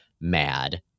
mad